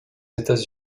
états